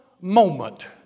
moment